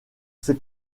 ces